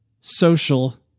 social